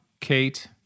Kate